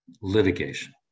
litigation